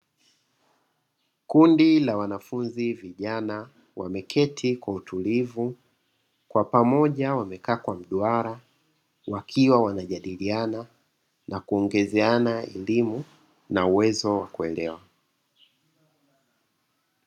Kundi la wanafunzi vijana, wameketi kwa utulivu kwa pamoja wamekaa kwa mduara, wakiwa wanajadiliana na kuongezeana elimu na uwezo wa kuelewa.